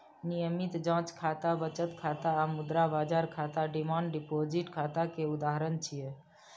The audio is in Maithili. नियमित जांच खाता, बचत खाता आ मुद्रा बाजार खाता डिमांड डिपोजिट खाता के उदाहरण छियै